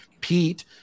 Pete